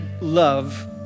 love